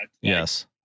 Yes